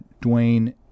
Dwayne